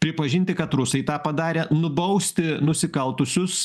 pripažinti kad rusai tą padarė nubausti nusikaltusius